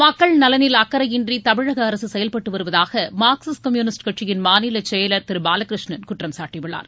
மக்கள் நலனில் அக்கறையின்றி தமிழக அரசு செயல்பட்டு வருவதாக மார்க்சிஸ்ட் கம்யூனிஸ்ட் கட்சியின் மாநில செயலர் திரு பாலகிருஷ்ணன் குற்றம் சாட்டியுள்ளார்